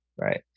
right